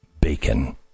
bacon